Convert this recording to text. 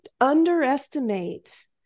underestimate